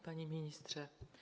Panie Ministrze!